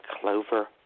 clover